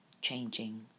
changing